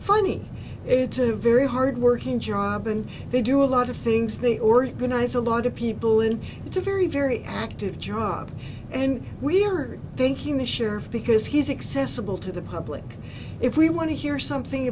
funny it's a very hardworking job and they do a lot of things they organize a lot of people and it's a very very active job and we are thanking the sheriff because he's excess a bill to the public if we want to hear something